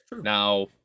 Now